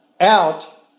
out